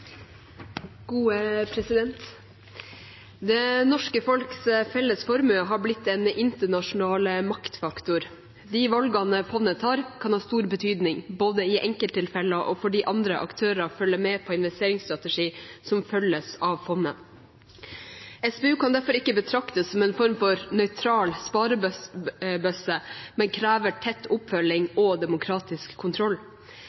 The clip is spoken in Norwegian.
Det norske folks felles formue har blitt en internasjonal maktfaktor. De valgene fondet tar, kan ha stor betydning både i enkelttilfeller og fordi andre aktører følger med på investeringsstrategien som følges av fondet. SPU kan derfor ikke betraktes som en form for nøytral sparebøsse, men krever tett oppfølging og demokratisk kontroll.